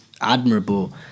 admirable